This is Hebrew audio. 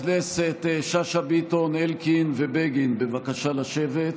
שאשא ביטון, אלקין ובגין, בבקשה לשבת.